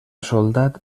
soldat